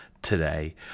Today